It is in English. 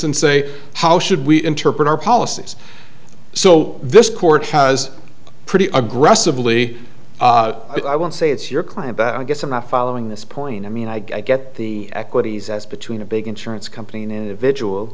and say how should we interpret our policies so this court has pretty aggressively i want to say it's your client that i guess i'm not following this point i mean i get the equities as between a big insurance company and individual